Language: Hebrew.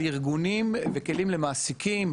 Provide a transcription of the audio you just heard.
על ארגונים וכלים למעסיקים.